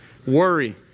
Worry